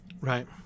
right